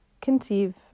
conceive